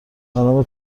بنابه